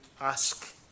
ask